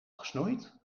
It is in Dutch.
gesnoeid